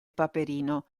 paperino